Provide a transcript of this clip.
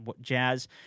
jazz